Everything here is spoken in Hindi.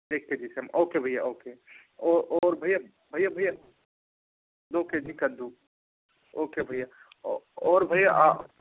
देखके जिस्म ओके भैया ओके और और भैया भैया भैया दो के जी कद्दू ओके भैया और भैया आ